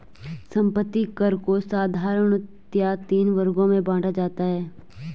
संपत्ति कर को साधारणतया तीन वर्गों में बांटा जाता है